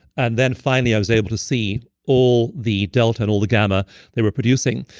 and then finally i was able to see all the delta and all the gamma they were producing.